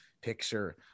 picture